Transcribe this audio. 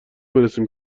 برسیم